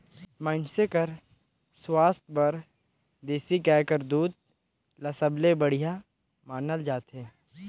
मइनसे कर सुवास्थ बर देसी गाय कर दूद ल सबले बड़िहा मानल जाथे